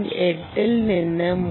8 ൽ നിന്ന് 3